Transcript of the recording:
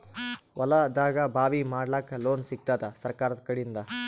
ಹೊಲದಾಗಬಾವಿ ಮಾಡಲಾಕ ಲೋನ್ ಸಿಗತ್ತಾದ ಸರ್ಕಾರಕಡಿಂದ?